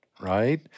right